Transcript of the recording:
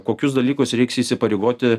kokius dalykus reiks įsipareigoti